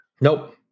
Nope